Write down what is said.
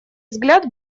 взгляд